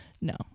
No